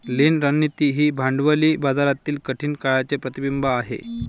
लीन रणनीती ही भांडवली बाजारातील कठीण काळाचे प्रतिबिंब आहे